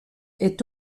est